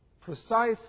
precise